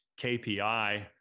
KPI